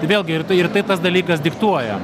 vėlgi ir tai ir taip tas dalykas diktuoja